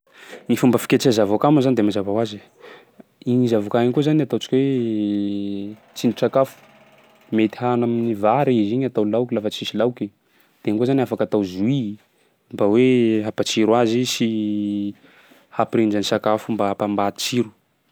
Ny fomba fiketreha zavôkà moa zany de mazava hoazy, igny zavôkà igny koa zany ataontsika hoe tsindrin-tsakafo, mety hany amin'ny vary izy igny atao laoky lafa tsisy laoky; de igny koà zany afaka atao jus mba hoe hampatsiro azy sy hampirindra ny sakafo mba hampa- mba hatsiro.